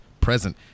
present